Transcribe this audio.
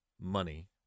Money